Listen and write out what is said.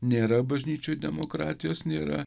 nėra bažnyčioj demokratijos nėra